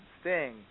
Sting